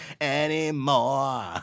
anymore